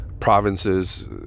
provinces